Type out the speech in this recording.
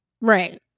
Right